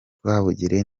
rwabugili